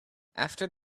after